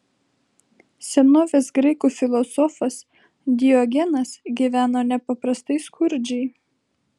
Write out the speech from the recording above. senovės graikų filosofas diogenas gyveno nepaprastai skurdžiai